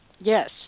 yes